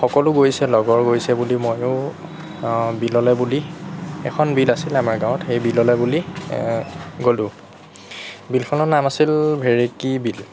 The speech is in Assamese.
সকলো গৈছে লগৰ গৈছে বুলি ময়ো বিললৈ বুলি এখন বিল আছিল আমাৰ গাঁৱত সেই বিললৈ বুলি গ'লোঁ বিলখনৰ নাম আছিল ভেৰেকী বিল